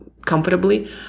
comfortably